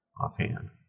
offhand